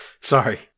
Sorry